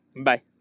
Bye